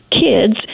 kids